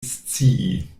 scii